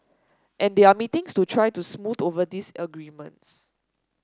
and they are meeting to try to smooth over these disagreements